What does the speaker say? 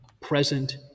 present